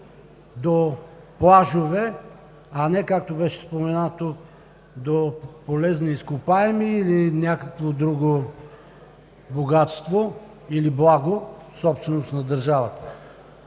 до плажове, а не както беше споменато до полезни изкопаеми или някакво друго богатство, или благо – собственост на държавата.